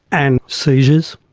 and seizures,